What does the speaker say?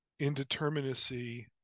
indeterminacy